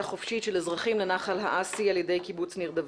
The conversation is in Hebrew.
חופשית של אזרחים לנחל האסי על ידי קיבוץ ניר דוד.